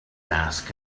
ask